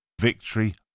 victory